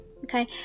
okay